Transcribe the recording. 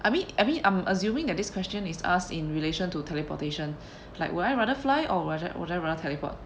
I mean I mean I'm assuming that this question is asked in relation to teleportation like would I rather fly or would I would I rather teleport